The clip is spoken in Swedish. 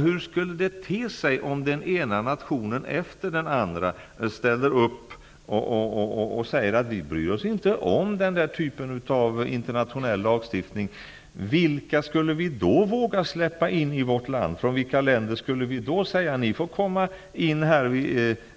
Hur skulle det te sig om den ena nationen efter den andra skulle säga: Vi bryr oss inte om den här typen av internationell lagstiftning. Vilka skulle vi då våga släppa in i vårt land? Till vilka länders medborgare skulle vi kunna säga: Ni får komma